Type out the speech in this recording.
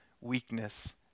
weakness